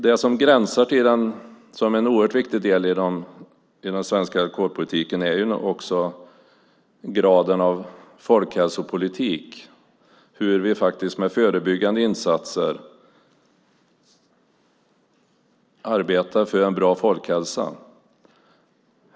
Det som gränsar till och är en oerhört viktig del av den svenska alkoholpolitiken är också graden av folkhälsopolitik, hur vi med förebyggande insatser faktiskt arbetar för en bra folkhälsa.